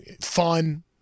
fun